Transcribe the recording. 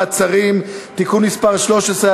מעצרים) (תיקון מס' 13),